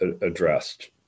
addressed